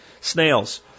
Snails